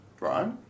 Right